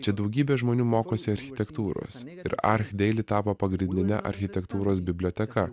čia daugybė žmonių mokosi architektūros ir archdeily tapo pagrindine architektūros biblioteka